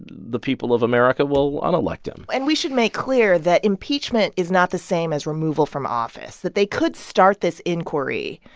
the people of america will un-elect him and we should make clear that impeachment is not the same as removal from office, that they could start this inquiry.